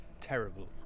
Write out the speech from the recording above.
terrible